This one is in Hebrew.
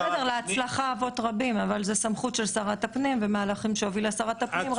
להצלחה אבות רבים אבל זו סמכות של שרת הפנים ומהלכים שהובילה שרת הפנים.